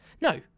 No